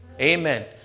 amen